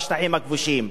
בשטחים הכבושים.